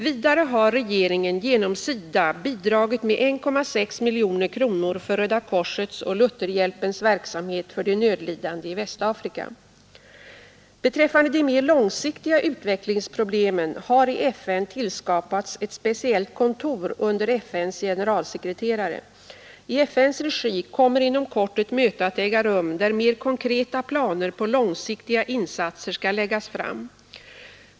Vidare har regeringen genom SIDA bidragit med 1,6 miljoner kronor för Röda korsets och Lutherhjälpens verksamhet för de nödlidande i Västafrika. Beträffande de mer långsiktiga utvecklingsproblemen har i FN tillskapats ett speciellt kontor under FN:s generalsekreterare. I FN:s regi kommer inom kort ett möte att äga rum, där mer konkreta planer på långsiktiga insatser skall läggas fram.